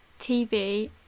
TV